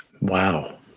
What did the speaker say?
Wow